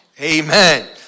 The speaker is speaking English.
Amen